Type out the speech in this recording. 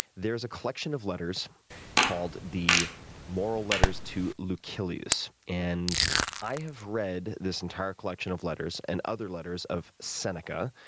there is a collection of letters called the moral letters to lucilius, and i have read this entire collection of letters and other letters of seneca,